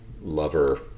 lover